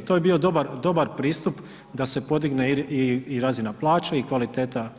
To je bio dobar pristup da se podigne i razina plaće i kvaliteta